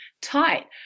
tight